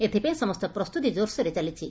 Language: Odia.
ଏଥିପାଇଁ ସମସ୍ତ ପ୍ରସ୍ତୁତି ଜୋରସୋରରେ ଚାଲିଛି